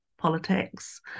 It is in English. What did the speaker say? politics